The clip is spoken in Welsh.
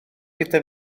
gyda